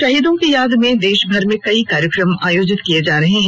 शहीदों की याद में देशभर में कई कार्यक्रम आयोजित किए जा रहे हैं